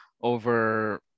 over